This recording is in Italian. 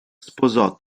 sposò